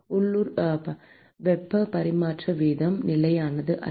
லோக்கள் வெப்ப பரிமாற்ற வீதம் நிலையானது அல்ல